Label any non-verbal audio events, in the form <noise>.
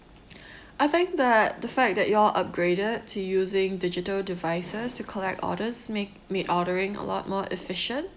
<breath> I think that the fact that you all upgraded to using digital devices to collect orders made made ordering a lot more efficient